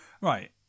Right